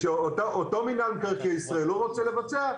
שאותו מנהל מקרקעי ישראל לא רוצה לבצע.